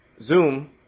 zoom